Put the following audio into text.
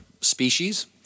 species